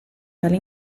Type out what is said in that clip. tale